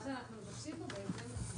מה שאנחנו מבקשים פה, בעצם, זה